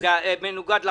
זה מנוגד לחוק?